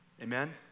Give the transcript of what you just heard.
Amen